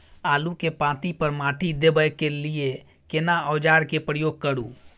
आलू के पाँति पर माटी देबै के लिए केना औजार के प्रयोग करू?